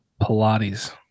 Pilates